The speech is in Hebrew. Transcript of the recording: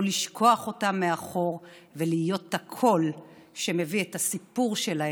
לא לשכוח אותן מאחור ולהיות הקול שמביא את הסיפור שלהן,